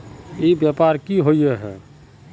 ई व्यापार की होय है?